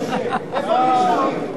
כפיים.